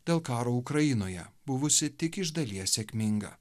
dėl karo ukrainoje buvusi tik iš dalies sėkminga